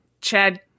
Chad